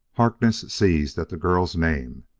harkness seized at the girl's name.